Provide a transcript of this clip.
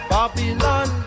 Babylon